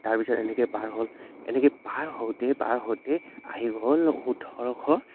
তাৰপিছত এনেকৈ পাৰ হ'ল এনেকৈ পাৰ হওঁতে পাৰ হওঁতে আহি গ'ল ওঠৰশ